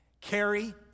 carry